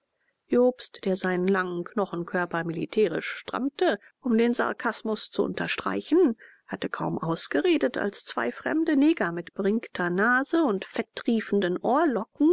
jobst der seinen langen knochenkörper militärisch strammte um den sarkasmus zu unterstreichen hatte kaum ausgeredet als zwei fremde neger mit beringter nase und fettriefenden ohrlocken